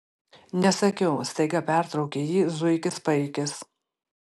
nesakiau staiga pertraukė jį zuikis paikis